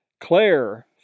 Claire